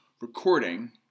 recording